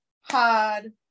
hard